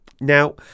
now